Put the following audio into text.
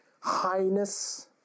highness